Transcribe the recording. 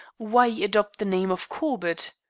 why adopt the name of corbett?